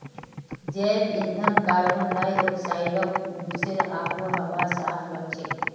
जैव ईंधन कार्बन डाई ऑक्साइडक चूसे आबोहवाक साफ राखछेक